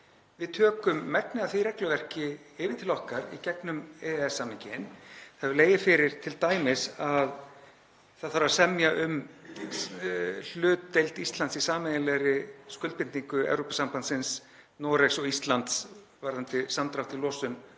Við tökum megnið af því regluverki yfir til okkar í gegnum EES-samninginn. Það hefur t.d. legið fyrir að það þarf að semja um hlutdeild Íslands í sameiginlegri skuldbindingu Evrópusambandsins, Noregs og Íslands varðandi samdrátt í losun